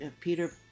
Peter